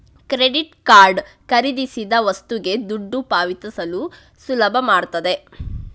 credit card ಖರೀದಿಸಿದ ವಸ್ತುಗೆ ದುಡ್ಡು ಪಾವತಿಸಲು ಸುಲಭ ಮಾಡ್ತದೆ